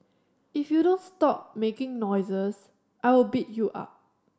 if you don't stop making noises I will beat you up